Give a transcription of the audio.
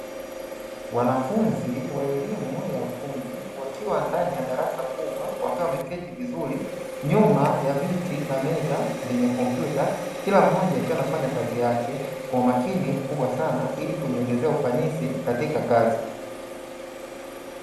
Wanafunzi wa elimu ya ufundi, wakiwa ndani ya darasa kubwa, wakiwa wameketi vizuri nyuma ya viti na meza vyenye kompyuta kila mmoja akiwa anafanya kazi yake, kwa umakini mkubwa sana, ili kujiongezea ufanisi katika kazi.